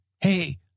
hey